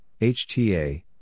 HTA